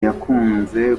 yakunze